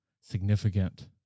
significant